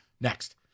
Next